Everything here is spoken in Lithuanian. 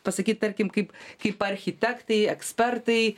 pasakyt tarkim kaip kaip architektai ekspertai